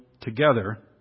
together